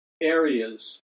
areas